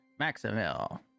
Maximil